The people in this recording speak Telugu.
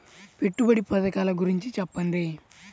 పెట్టుబడి పథకాల గురించి చెప్పండి?